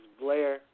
Blair